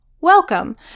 welcome